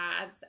ads